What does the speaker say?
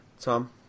Tom